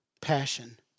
passion